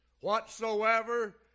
Whatsoever